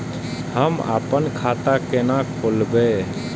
हम आपन खाता केना खोलेबे?